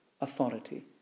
authority